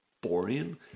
boring